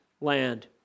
land